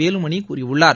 வேலுமணி கூறியுள்ளார்